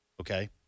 Okay